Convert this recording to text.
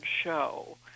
show